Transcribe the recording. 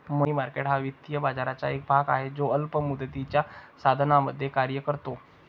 मनी market हा वित्तीय बाजाराचा एक भाग आहे जो अल्प मुदतीच्या साधनांमध्ये कार्य करतो